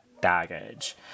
baggage